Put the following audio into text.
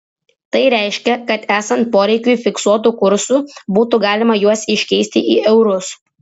tai reiškia kad esant poreikiui fiksuotu kursu būtų galima juos iškeisti į eurus